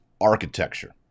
architecture